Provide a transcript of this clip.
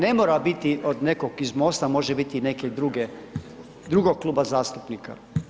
Ne mora biti od nekog iz MOST-a, može biti i neke drugog kluba zastupnika.